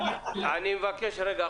רגע,